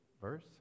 verse